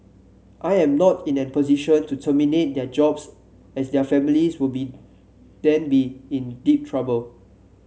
I am not in a position to terminate their jobs as their families will be then be in deep trouble